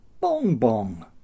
Bong-bong